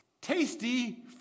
Tasty